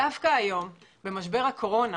דווקא היום, במשבר הקורונה,